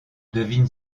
devine